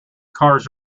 cars